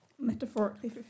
metaphorically